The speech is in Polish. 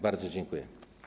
Bardzo dziękuję.